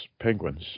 penguins